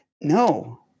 No